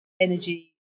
energy